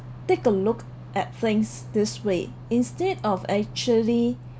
take a look at things this way instead of actually